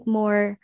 more